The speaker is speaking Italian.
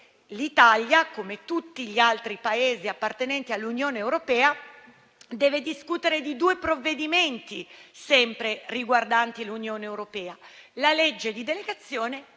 l'Italia, come tutti gli altri Paesi membri, deve discutere di due provvedimenti sempre riguardanti l'Unione europea: la legge di delegazione e la legge